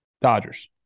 Dodgers